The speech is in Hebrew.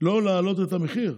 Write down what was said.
לא להעלות את המחיר.